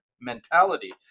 mentality